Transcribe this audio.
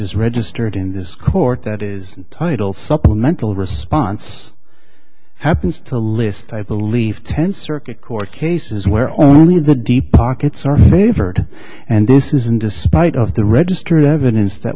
is registered in this court that is titled supplemental response happens to list i believe ten circuit court cases where only the deep pockets are favored and this isn't despite of the registered evidence that